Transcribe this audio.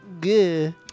Good